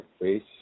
face